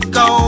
go